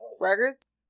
Records